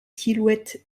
silhouettes